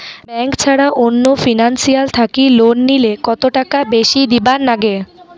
Bank ছাড়া অন্য financial থাকি লোন নিলে কতটাকা বেশি দিবার নাগে?